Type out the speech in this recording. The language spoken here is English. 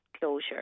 closure